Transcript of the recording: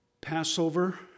Passover